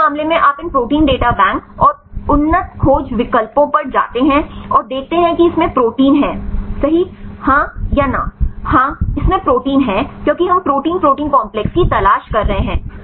तो इस मामले में आप इन प्रोटीन डेटा बैंक और उन्नत खोज विकल्पों पर जाते हैं और देखते हैं कि इसमें प्रोटीन है सही हां या ना हां इसमें प्रोटीन है क्योंकि हम प्रोटीन प्रोटीन काम्प्लेक्स की तलाश कर रहे हैं